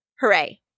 hooray